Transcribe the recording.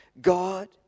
God